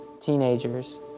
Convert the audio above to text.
teenagers